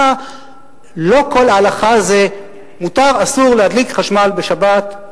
לא כל הלכה זה מותר/אסור להדליק חשמל בשבת,